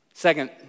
Second